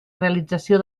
realització